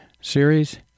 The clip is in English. series